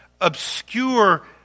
obscure